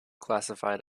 classified